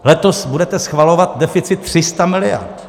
Letos budete schvalovat deficit 300 miliard.